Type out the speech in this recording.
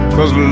Cause